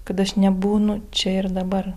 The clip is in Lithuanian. kad aš nebūnu čia ir dabar